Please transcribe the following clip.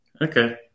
okay